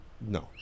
No